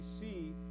see